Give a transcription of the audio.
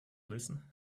listen